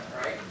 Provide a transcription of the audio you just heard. right